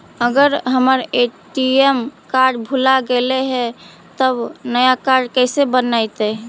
अगर हमर ATM card भुला गैलै हे तब नया काड कइसे बनतै?